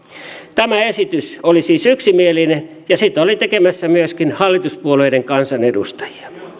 tämä esitys oli siis yksimielinen ja sitä oli tekemässä myöskin hallituspuolueiden kansanedustajia